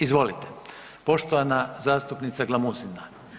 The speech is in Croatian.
Izvolite, poštovana zastupnica Glamuzima.